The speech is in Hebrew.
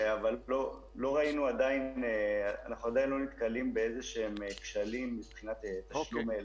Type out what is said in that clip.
אנחנו עדיין לא נתקלים בכשלים מבחינת תשלום למבוטחים.